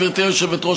גברתי היושבת-ראש,